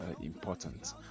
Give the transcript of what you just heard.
important